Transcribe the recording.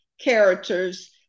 characters